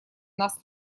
нас